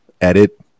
edit